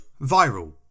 viral